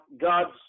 God's